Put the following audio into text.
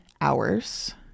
hours